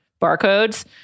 barcodes